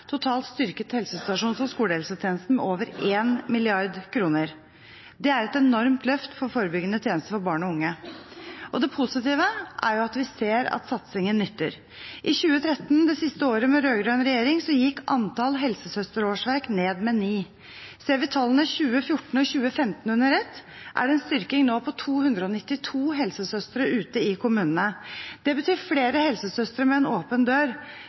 totalt styrket helsestasjons- og skolehelsetjenesten med over 1 mrd. kr. Det er et enormt løft for forebyggende tjenester for barn og unge. Det positive er at vi ser at satsingen nytter. I 2013, det siste året med rød-grønn regjering, gikk antall helsesøsterårsverk ned med 9. Ser vi tallene i 2014 og 2015 under ett, er det en styrking nå på 292 helsesøstre ute i kommunene. Det betyr flere helsesøstre med en åpen dør